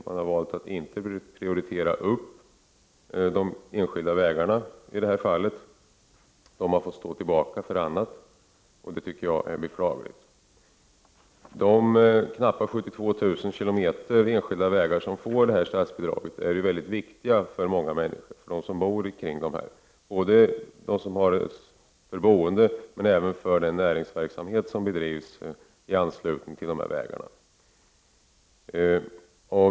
Man har valt att inte prioritera de enskilda vägarna. De har fått stå tillbaka för andra vägar, och det tycker jag är beklagligt. De knappa 72 000 km enskilda vägar som detta bidrag utgår för är mycket viktiga både för dem som bor kring vägarna och även för den näringsverksamhet som bedrivs i anslutning till vägarna.